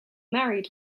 married